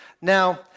Now